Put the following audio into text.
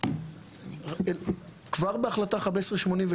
כבר בהחלטה 1587,